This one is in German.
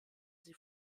sie